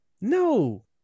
No